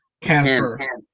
Casper